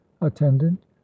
attendant